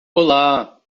olá